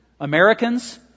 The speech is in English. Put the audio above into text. Americans